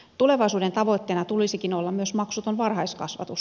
tulevaisuuden tavoitteena tulisikin olla myös maksuton varhaiskasvatus